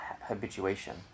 habituation